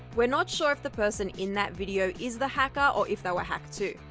we're not sure if the person in that video is the hacker or if they were hacked too.